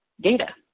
data